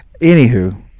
Anywho